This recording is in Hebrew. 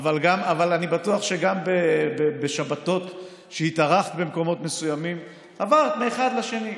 אני בטוח שגם בשבתות שהתארחת במקומות מסוימים עברת מאחד לשני.